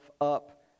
up